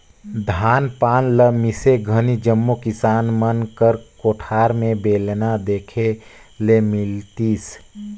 धान पान मिसे घनी जम्मो किसान मन कर कोठार मे बेलना देखे ले मिलतिस